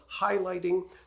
highlighting